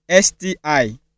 STI